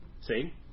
See